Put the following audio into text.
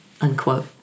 Unquote